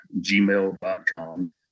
gmail.com